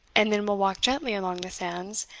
and then we'll walk gently along the sands,